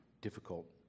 difficult